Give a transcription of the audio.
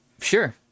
sure